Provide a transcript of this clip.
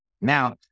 now